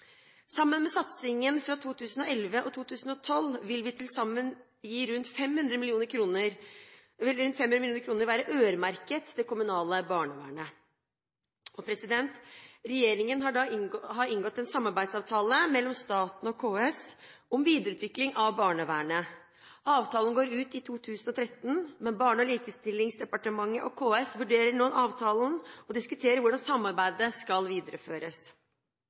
Sammen med satsingen fra 2011 og 2012 vil til sammen rundt 500 mill. kr være øremerket det kommunale barnevernet. Regjeringen har inngått en samarbeidsavtale mellom staten og KS om videreutvikling av barnevernet. Avtalen går ut i 2013, men Barne-, likestillings- og inkluderingsdepartementet og KS vurderer nå avtalen og diskuterer hvordan samarbeidet skal videreføres.